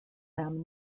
them